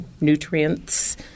nutrients